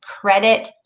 credit